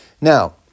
Now